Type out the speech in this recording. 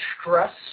stress